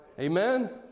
Amen